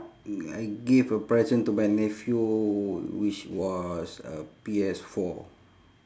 I gave a present to my nephew which was a P_S four